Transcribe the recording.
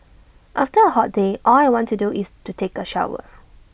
after A hot day all I want to do is to take A bath